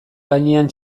gainean